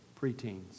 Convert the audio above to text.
preteens